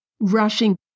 rushing